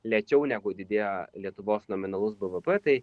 lėčiau negu didėjo lietuvos nominalus bvp tai